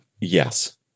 Yes